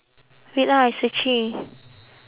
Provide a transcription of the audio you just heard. wait lah I searching